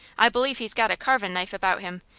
i believe he's got a carvin'-knife about him,